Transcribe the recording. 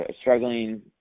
struggling